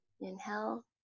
Inhale